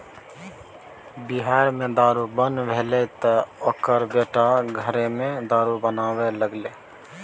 बिहार मे दारू बन्न भेलै तँ ओकर बेटा घरेमे दारू बनाबै लागलै